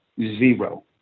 zero